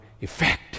effect